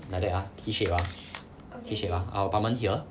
like that ah T shape ah T shape ah our apartment here